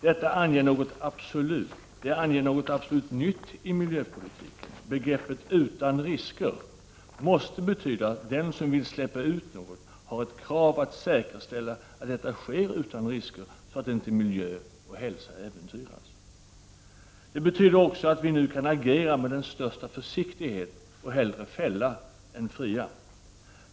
Detta anger något absolut nytt i miljöpolitiken. Begreppet ”utan risker” måste betyda att den som vill släppa ut något har ett krav på sig att säkerställa att detta sker utan risker, så att inte miljö och hälsa äventyras. Det betyder också att vi nu kan agera med stor försiktighet och hellre fälla än fria.